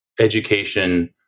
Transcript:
education